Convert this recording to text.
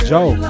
Joe